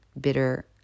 bitter